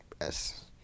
Yes